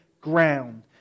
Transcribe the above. ground